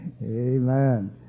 Amen